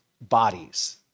bodies